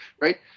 right